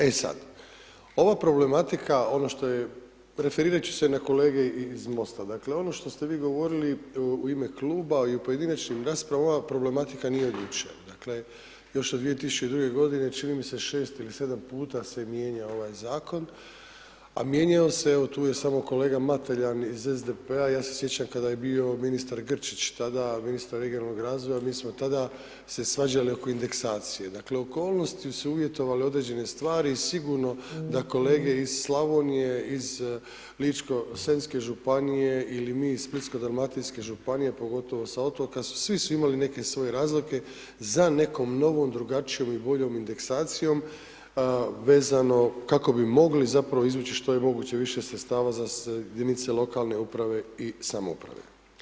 E sada, ova problematika, ono što je, referirati ću se na kolege iz mosta, ono što ste vi govorili u ime kluba i u pojedinačnim raspravama, ova problematika nije od jučer, dakle, još od 2002. g. čini mi se 6 ili 7 puta se mijenja ovaj zakona, a mijenjao se, evo tu je samo kolega Mateljan iz SDP-a ja se sjećam kada je bio ministar Grčić, tada ministar regionalnog razvoja, mi smo tada se svađali oko indeksaciju, dakle, okolnosti su uvjetovali određene stvari istino da kolege iz Slavonije, iz Ličko senjske županije ili mi iz Splitsko dalmatinske županije, pogotovo su svi imali neke svoje razlike za nekom novom, drugačijom ili boljom indikacijom, vezano kako bi mogli zapravo izvući što je moguće više sredstava za jedinice lokalne uprave i samouprave.